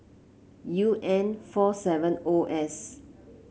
U N four seven O S